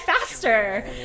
faster